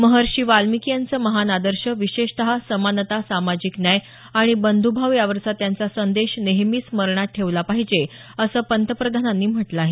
महर्षी वाल्मिकी यांचे महान आदर्श विशेषत समानता सामाजिक न्याय आणि बंध्भाव यावरचा त्यांचा संदेश नेहमी स्मरणात ठेवला पाहिजे असं पंतप्रधानांनी म्हटलं आहे